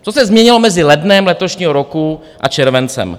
Co se změnilo mezi lednem letošního roku a červencem?